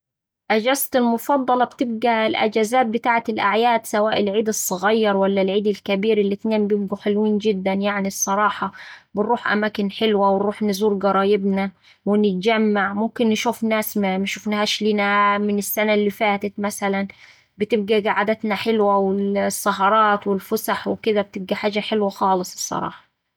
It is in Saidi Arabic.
أجازتي المفضلة بتبقا الأجازات بتاعت الأعياد سواء العيد الصغير ولا العيد الكبير، الاتنين بيبقو حلوين جدا يعني الصراحة. بنروح أماكن حلوة ونروح نزور قرايبنا ونتجمع وممكن نشوف ناس ماشوفنهاش لينل من ال السنة اللي فاتت مثلا. بتبقا قعداتنا حلوة والسهرات والفسح وكدا وحاجة حلوة خالص الصراحة.